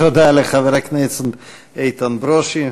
תודה לחבר הכנסת איתן ברושי.